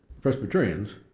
Presbyterians